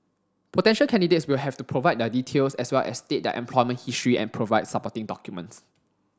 potential candidates will have to provide their details as well as state their employment history and provide supporting documents